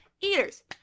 eaters